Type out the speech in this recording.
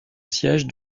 siège